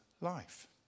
life